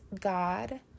God